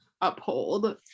uphold